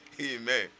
Amen